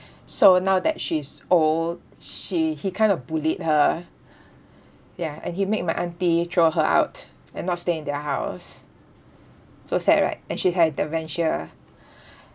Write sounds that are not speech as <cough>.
<breath> so now that she's old she he kind of bullied her <breath> ya and he make my auntie throw her out and not stay in their house so sad right and she have dementia <breath>